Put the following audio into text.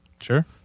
Sure